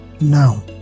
Now